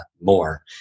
more